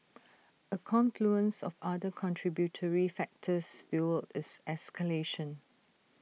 A confluence of other contributory factors fuelled its escalation